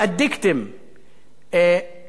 ל"לונדון וקירשנבאום".